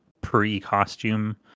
pre-costume